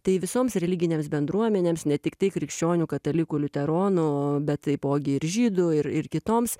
tai visoms religinėms bendruomenėms ne tiktai krikščionių katalikų liuteronų bet taipogi ir žydų ir ir kitoms